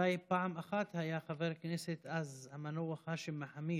אולי פעם אחת היה חבר כנסת, אז המנוח האשם מחאמיד,